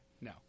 No